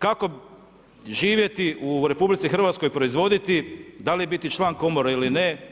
Kako živjeti u RH, proizvoditi, da li biti član komore ili ne,